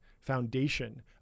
foundation